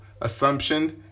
Assumption